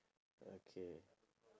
okay